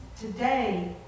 today